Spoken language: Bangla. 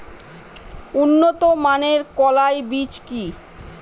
উন্নত মানের কলাই বীজ কি?